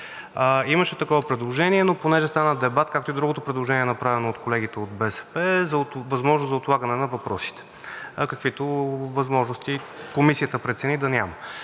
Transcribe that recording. Имаше такова предложение, но понеже стана дебат, както и другото предложение, направено от колегите от БСП, за възможност за отлагане на въпросите, каквито възможности Комисията прецени да няма.